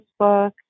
Facebook